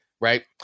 Right